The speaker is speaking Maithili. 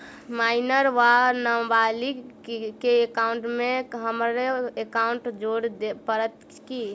माइनर वा नबालिग केँ एकाउंटमे हमरो एकाउन्ट जोड़य पड़त की?